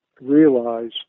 realize